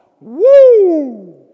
Woo